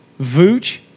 Vooch